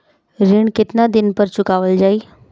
ऋण केतना दिन पर चुकवाल जाइ?